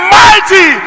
mighty